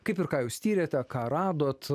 kaip ir ką jūs tyrėte ką radot